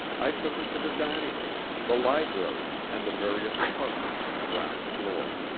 i took her to the dining-room, the library, and the various apartments on the ground-floor.